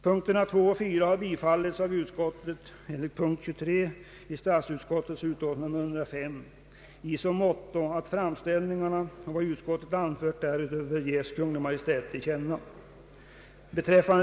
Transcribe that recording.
Punkterna 2 och 4 har tillstyrkts av utskottet enligt punkt 23 i statsutskottets utlåtande nr 105, i så måtto att framställningarna och vad utskottet anfört däröver anses böra ges Kungl. Maj:t till känna.